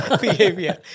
behavior